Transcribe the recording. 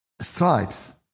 stripes